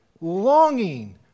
longing